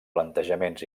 plantejaments